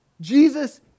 Jesus